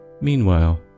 Meanwhile